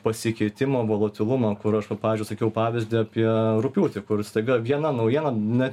pasikeitimą volotylumą kur aš vat pavyzdžiui sakiau pavyzdį apie rugpjūtį kur staiga viena naujiena ne